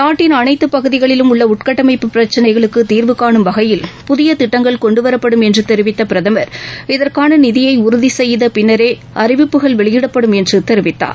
நாட்டின் அனைத்துப் பகுதிகளிலும் உள்ள உள்கட்டமைப்பு பிரச்சினைகளுக்கு தீர்வு காணும் வகையில் புதிய திட்டங்கள் கொண்டு வரப்படும் என்று தெரிவித்த பிரதமர் இதற்காள நிதியை உறுதி செய்த பின்னரே அறிவிப்புகள் வெளியிடப்படும் என்று தெரிவித்தார்